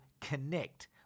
connect